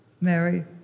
Mary